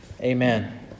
amen